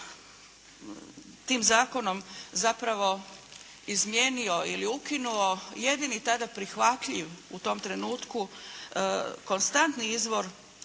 tim zakonom zapravo izmijenio ili ukinuo jedini tada prihvatljiv, u tom trenutku, konstantni izvor